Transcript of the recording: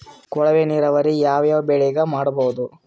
ಕೊಳವೆ ನೀರಾವರಿ ಯಾವ್ ಯಾವ್ ಬೆಳಿಗ ಮಾಡಬಹುದು?